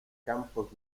campos